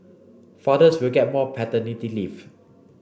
fathers will get more paternity leave